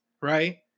right